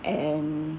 and